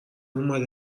اومدن